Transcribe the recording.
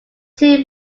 too